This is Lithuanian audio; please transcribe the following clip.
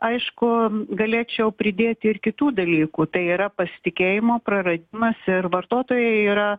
aišku galėčiau pridėti ir kitų dalykų tai yra pasitikėjimo praradimas ir vartotojai yra